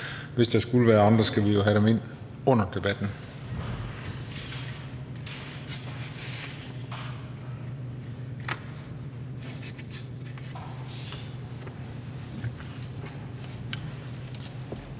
Hvis der skulle være andre, skal vi jo have dem under debatten.